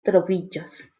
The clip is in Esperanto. troviĝos